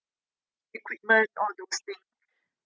equipment all those thing